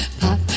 pop